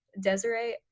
Desiree